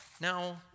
Now